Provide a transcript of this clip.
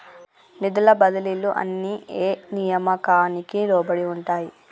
నిధుల బదిలీలు అన్ని ఏ నియామకానికి లోబడి ఉంటాయి?